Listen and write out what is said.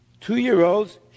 two-year-olds